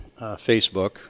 Facebook